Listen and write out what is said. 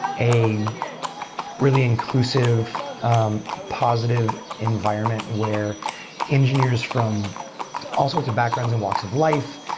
a really inclusive um positive environment where engineers from all sorts of backgrounds and walks of life,